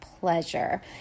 pleasure